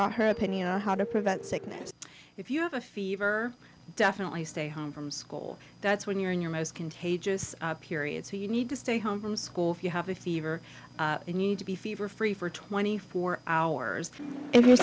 sick her opinion on how to prevent sickness if you have a fever definitely stay home from school that's when you're in your most contagious period so you need to stay home from school if you have a fever you need to be fever free for twenty four hours